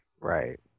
Right